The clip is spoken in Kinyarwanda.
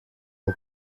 ubu